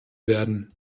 werden